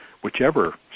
whichever